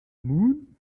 moon